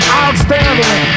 outstanding